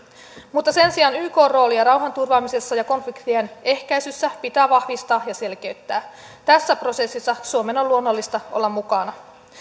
mutta sen sijaan ykn roolia rauhanturvaamisessa ja konfliktien ehkäisyssä pitää vahvistaa ja selkeyttää tässä prosessissa suomen on luonnollista olla mukana